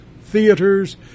theaters